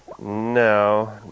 No